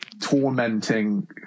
tormenting